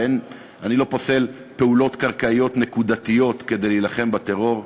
ואני לא פוסל פעולות קרקעיות נקודתיות כדי להילחם בטרור.